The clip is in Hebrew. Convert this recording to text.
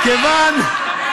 תודה.